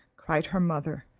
cried her mother.